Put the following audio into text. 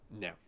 No